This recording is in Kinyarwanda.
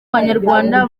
banyarwanda